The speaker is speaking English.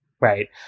Right